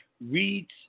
reads